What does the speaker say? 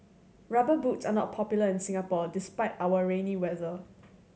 Rubber Boots are not popular in Singapore despite our rainy weather